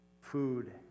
Food